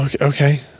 okay